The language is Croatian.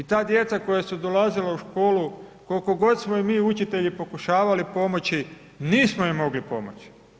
I ta djeca koja su dolazila u školu, koliko god smo im mi učitelji pokušavali pomoći, nismo im mogli pomoći.